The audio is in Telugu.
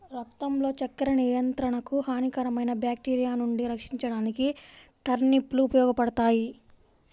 రక్తంలో చక్కెర నియంత్రణకు, హానికరమైన బ్యాక్టీరియా నుండి రక్షించడానికి టర్నిప్ లు ఉపయోగపడతాయి